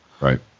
right